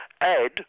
Add